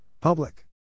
Public